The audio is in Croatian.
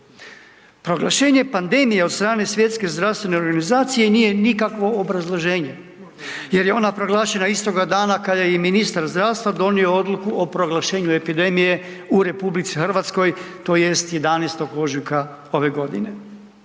Proglašenje pandemije od strane Svjetske zdravstvene organizacije nije nikakvo obrazloženje jer je ona proglašena istoga dana kada je i ministar zdravstva donio odluku o proglašenju epidemije u RH tj. 11.ožujka ove godine.